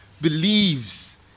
believes